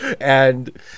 And-